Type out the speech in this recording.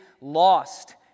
lost